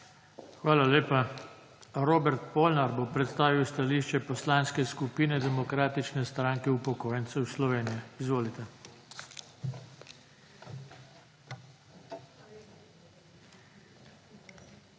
Hvala lepa. Robert Polnar bo predstavil stališče Poslanske skupine Demokratične stranke upokojencev Slovenije. Izvolite.